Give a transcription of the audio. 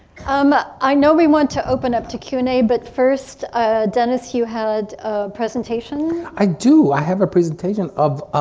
um i know we want to open up to q and a but first dennis you had presentation. i do! i have a presentation of